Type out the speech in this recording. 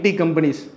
companies